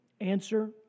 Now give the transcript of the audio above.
Answer